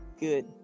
good